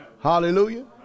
Hallelujah